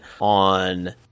on